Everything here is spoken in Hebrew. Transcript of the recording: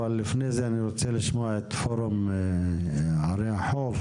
אבל לפני זה אני רוצה לשמוע את פורום ערי החוף,